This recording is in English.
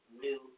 new